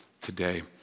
today